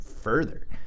further